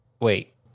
Wait